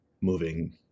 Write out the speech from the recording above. moving